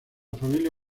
familia